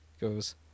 goes